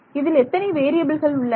இதில் எத்தனை வேறியபில்கள் உள்ளன